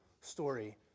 story